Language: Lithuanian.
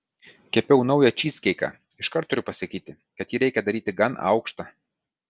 kepiau naują čyzkeiką iškart turiu pasakyti kad jį reikia daryti gan aukštą